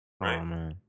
right